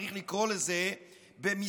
צריך לקרוא לזה מִשְׂפָּח,